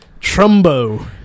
trumbo